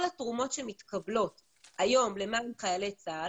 כל התרומות שמתקבלות היום למען חיילי צה"ל,